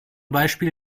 beispiel